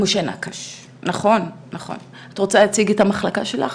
את רוצה להציג את המחלקה שלך?